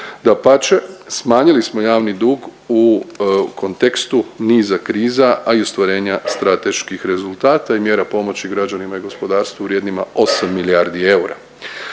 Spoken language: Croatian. dapače smanjili smo javni dug u kontekstu niza kriza, a i ostvarenja strateških rezultata i mjera pomoći građanima i gospodarstvu vrijednima osam milijardi eura.